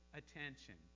attention